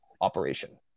operation